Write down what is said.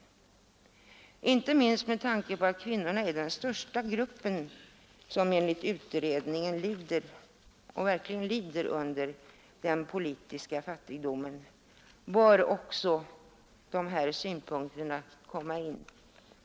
Inte minst med tanke på att kvinnorna är den största gruppen som enligt utredningen verkligen lider under den politiska fattigdomen, hör dessa synpunkter hit.